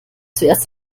zuerst